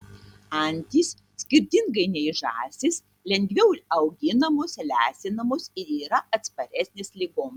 antys skirtingai nei žąsys lengviau auginamos lesinamos ir yra atsparesnės ligoms